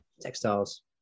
Textiles